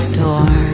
door